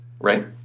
Right